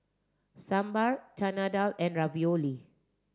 Sambar Chana Dal and Ravioli